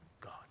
God